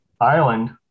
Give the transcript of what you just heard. island